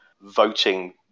voting